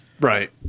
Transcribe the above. Right